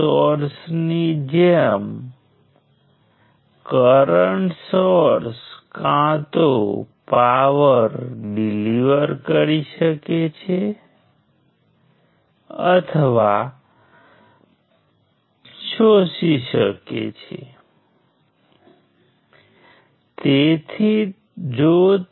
સ્પષ્ટપણે તમામ ચાર નોડ્સ ઓછામાં ઓછી એક બ્રાન્ચ છે અને હજી સુધી કોઈ લૂપ સ્વરૂપ નથી અલબત્ત આ માત્ર ટ્રીજ જ નથી